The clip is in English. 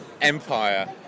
empire